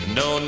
no